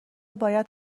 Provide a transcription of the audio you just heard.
باید